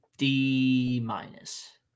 D-minus